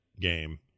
game